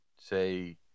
say –